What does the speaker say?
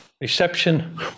reception